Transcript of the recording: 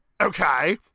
okay